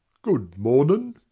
good mornin'.